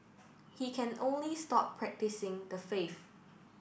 he can only stop practising the faith